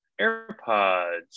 AirPods